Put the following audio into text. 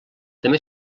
també